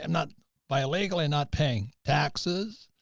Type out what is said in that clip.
um not by illegal and not paying taxes.